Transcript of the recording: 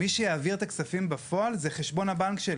מי שיעביר את הכספים בפועל הוא חשבון הבנק שלי.